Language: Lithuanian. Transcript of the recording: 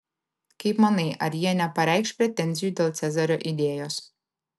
kaip manai ar jie nepareikš pretenzijų dėl cezario idėjos